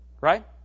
Right